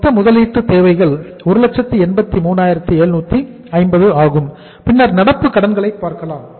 மொத்த முதலீட்டு தேவைகள் 183750 ஆகும் பின்னர் நடப்பு கடன்களை பார்க்கலாம்